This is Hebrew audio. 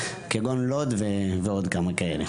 כגון לוד ועוד כמה כאלה.